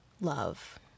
love